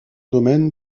domaines